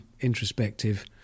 introspective